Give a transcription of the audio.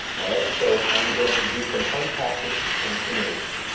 all right, so i'm going to do some unpacking and interleaving.